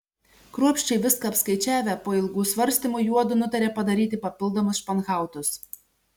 kruopščiai viską apskaičiavę po ilgų svarstymų juodu nutarė padaryti papildomus španhautus